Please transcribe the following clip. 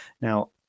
now